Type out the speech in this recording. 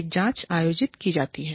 एक जांच आयोजित की जाती है